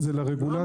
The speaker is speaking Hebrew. זה לרגולטור.